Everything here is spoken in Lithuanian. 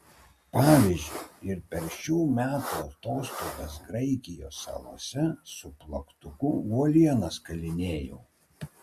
pavyzdžiui ir per šių metų atostogas graikijos salose su plaktuku uolienas kalinėjau